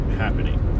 happening